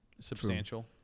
substantial